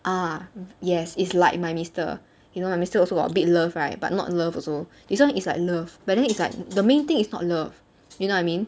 ah yes is like my mister you know my mister also got big love right but not love also this one is like love but then it's like the main thing is not love you know what I mean